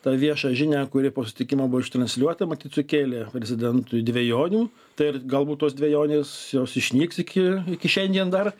tą viešą žinią kuri po susitikimo buvo ištransliuota matyt sukėlė prezidentui dvejonių tai ir galbūt tos dvejonės jos išnyks iki iki šiandien dar